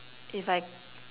if I